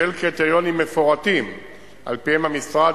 של קריטריונים מפורטים שעל-פיהם המשרד